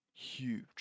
huge